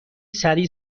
سریع